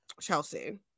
Chelsea